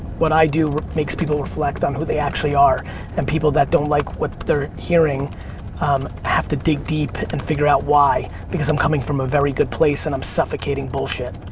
what i do makes people reflect on who they actually are and people that don't like what they're hearing um have to dig deep and figure out why because i'm coming from a very good place and i'm suffocating bullshit.